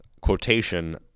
quotation